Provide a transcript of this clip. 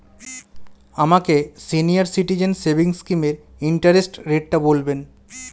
আমাকে senior citizen savings স্কিমের interest রেটটা বলবেন